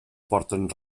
porten